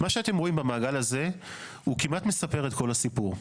מה שאתם רואים במעגל הזה הוא כמעט מספר את כל הסיפור.